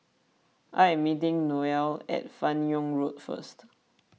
I am meeting Noelle at Fan Yoong Road first